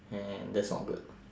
and that's not good